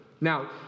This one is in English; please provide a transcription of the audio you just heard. Now